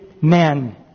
man